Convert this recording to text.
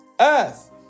earth